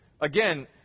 again